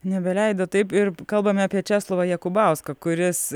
nebeleido taip ir kalbame apie česlovą jakubauską kuris